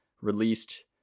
released